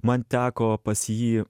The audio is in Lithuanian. man teko pas jį